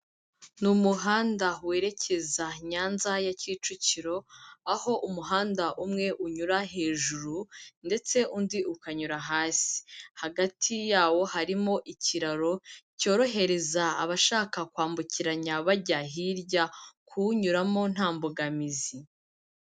Ni umuhanda werekeza Nyanza ya Kicukiro, aho umuhanda umwe unyura hejuru ndetse undi ukanyura hasi. Hagati yawo harimo ikiraro cyorohereza abashaka kwambukiranya bajya hirya kuwunyuramo nta mbogamizi.